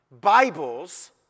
Bibles